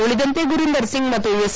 ಉಳಿದಂತೆ ಗುರಿಂಧರ್ ಸಿಂಗ್ ಮತ್ತು ಎಸ್